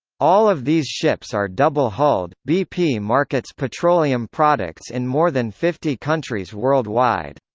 all of these ships are double-hulled bp markets petroleum products in more than fifty countries worldwide.